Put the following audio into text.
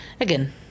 Again